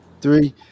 Three